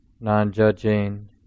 non-judging